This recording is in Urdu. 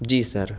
جی سر